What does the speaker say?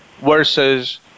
versus